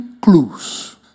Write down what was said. clues